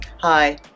Hi